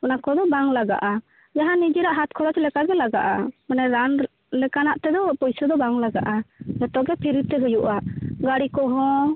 ᱚᱱᱟ ᱠᱚᱫᱚ ᱵᱟᱝ ᱞᱟᱜᱟᱜᱼᱟ ᱡᱟᱦᱟᱸ ᱱᱤᱡᱮᱨᱟᱜ ᱦᱟᱛ ᱠᱷᱚᱨᱚᱪ ᱞᱮᱠᱟ ᱜᱮ ᱞᱟᱜᱟᱜᱼᱟ ᱢᱟᱱᱮ ᱨᱟᱱ ᱞᱮᱠᱟᱱᱟᱜ ᱛᱮᱫᱚ ᱯᱚᱭᱥᱟ ᱫᱚ ᱵᱟᱝ ᱞᱟᱜᱟᱜᱼᱟ ᱡᱚᱛᱚ ᱜᱮ ᱯᱷᱤᱨᱤ ᱛᱮ ᱦᱩᱭᱩᱜᱼᱟ ᱜᱟᱹᱲᱤ ᱠᱚᱦᱚᱸ